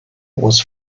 was